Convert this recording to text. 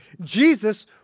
Jesus